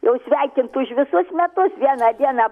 jau sveikint už visus metus vieną dieną